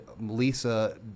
Lisa